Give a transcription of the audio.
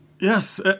Yes